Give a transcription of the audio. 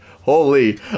Holy